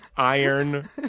Iron